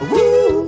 Woo